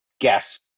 guess